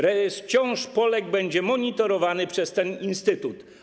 Rejestr ciąż Polek będzie monitorowany przez ten instytut.